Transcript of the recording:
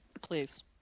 Please